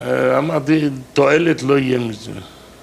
‫אמרתי, תועלת לא יהיה מזה.